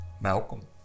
Malcolm